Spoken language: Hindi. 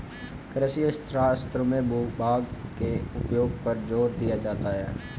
कृषि अर्थशास्त्र में भूभाग के उपयोग पर जोर दिया जाता है